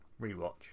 rewatch